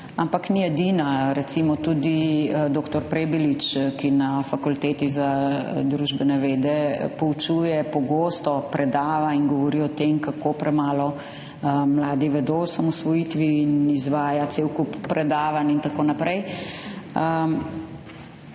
ampak ni edina, recimo tudi dr. Prebilič, ki na Fakulteti za družbene vede poučuje, pogosto predava in govori o tem, kako premalo mladi vedo o osamosvojitvi, in izvaja cel kup predavanj in tako naprej.